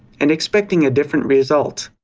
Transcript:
and expecting a different result.